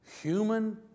Human